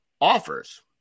offers